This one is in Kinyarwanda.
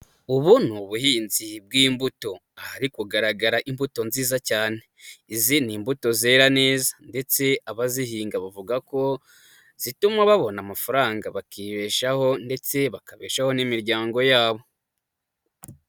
Ubu ni ubuhinzi bw'imbuto, ahari kugaragara imbuto nziza cyane, izi ni imbuto zera neza ndetse abazihinga bavuga ko, zituma babona amafaranga bakibeshaho ndetse bakabeshaho n'imiryango yabo.